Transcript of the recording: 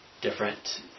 different